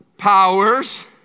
Powers